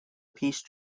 peace